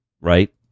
right